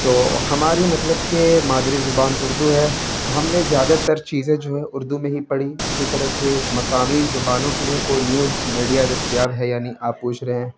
تو ہماری مطلب کہ مادری زبان اردو ہے تو ہم نے زیادہ تر چیزیں جو ہے اردو ہی میں پڑھی اسی طرح سے مقامی زبانوں کے لیے کوئی نیوز میڈیا دستیاب ہے یا نہیں آپ پوچھ رہے ہیں